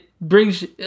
brings